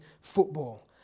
football